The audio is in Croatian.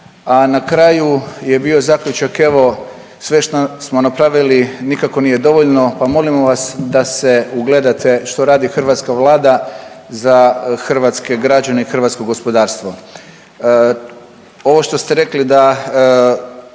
a na kraju je bio zaključak evo sve što smo napravili nikako nije dovoljno, pa molimo vas da se ugledate što radi hrvatska Vlada za hrvatske građane i hrvatsko gospodarstvo. Ovo što ste rekli da